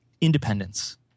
independence